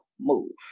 move